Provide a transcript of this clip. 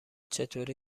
چطوری